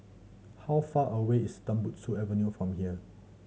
how far away is Tembusu Avenue from here